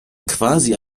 quasi